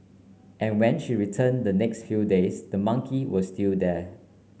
and when she returned the next few days the monkey was still there